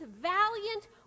valiant